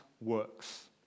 works